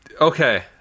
okay